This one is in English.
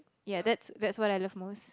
ya that's that's what I love most